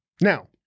Now